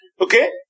Okay